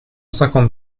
cinquante